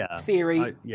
theory